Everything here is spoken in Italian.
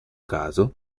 caso